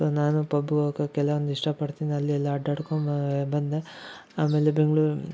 so ನಾನು pub ಹೋಗೋಕೆಲ್ಲಾ ಇಷ್ಟ ಪಡ್ತೀನಿ ಅಲ್ಲಿ ಎಲ್ಲಾ ಅಡ್ಡಾಡ್ಕೊಂಡು ಬಂದೆ ಆಮೇಲೆ ಬೆಂಗಳೂರು